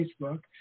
Facebook